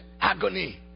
agony